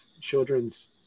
children's